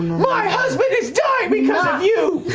my husband is dying because of you!